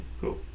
Cool